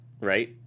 right